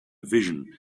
vision